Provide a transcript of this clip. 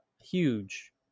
huge